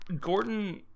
gordon